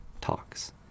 talks